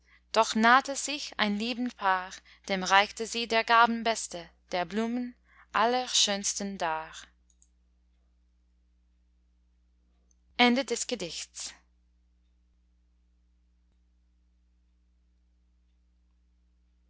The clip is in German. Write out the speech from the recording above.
doch nahte sich ein liebend paar dem reichte sie der gaben beste der blumen allerschönste dar